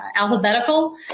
alphabetical